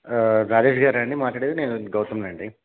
గణేష్ గారా అండి మాట్లాడేది నేను గౌతమ్ని అండి